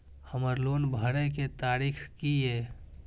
हमर लोन भरए के तारीख की ये?